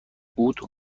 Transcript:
بود